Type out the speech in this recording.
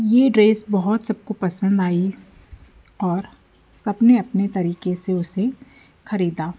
यह ड्रेस बहुत सबको पसंद आई और सबने अपने तरीके से उसे ख़रीदा